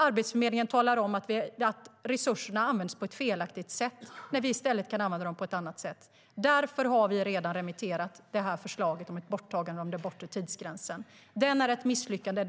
Arbetsförmedlingen säger att resurserna används på ett felaktigt sätt. I stället kan vi använda dem på ett annat sätt. Därför har vi redan remitterat förslaget om ett borttagande av den bortre tidsgränsen. Den är ett misslyckande.